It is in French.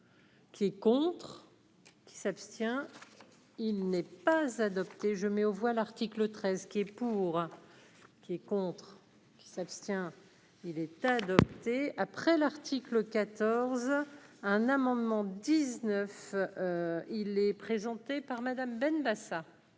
Les contres. Qui s'abstient, il n'est pas adopté, je mets aux voix, l'article 13 qui est pour, qui est contre qui s'abstient, il est à 2. C'est après l'article 14 un amendement 19 il est présenté par Madame Benbassa.